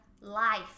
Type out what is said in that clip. life